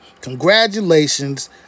Congratulations